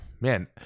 man